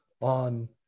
on